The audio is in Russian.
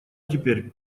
теперь